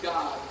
God